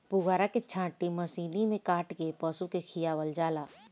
पुअरा के छाटी मशीनी में काट के पशु के खियावल जाला